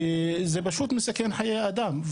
זה פשוט מסכן חיי אדם.